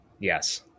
Yes